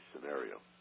scenario